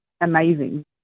Amazing